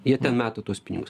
jie ten meta tuos pinigus